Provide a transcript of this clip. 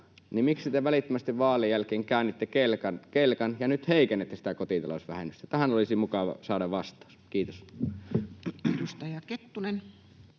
miksi te välittömästi vaalien jälkeen käänsitte kelkan ja nyt heikennätte sitä kotitalousvähennystä. Tähän olisi mukava saada vastaus. — Kiitos.